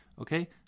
Okay